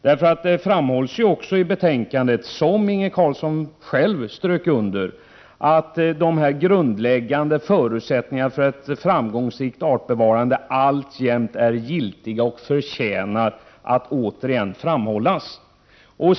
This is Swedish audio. Det påpekas också i betänkandet, vilket Inge Carlsson själv stryker under, att de grundläggande förutsättningarna för ett framgångsrikt artbevarande 9” alltjämt är giltiga och förtjänar att återigen framhållas.